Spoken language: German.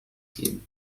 geben